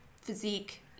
physique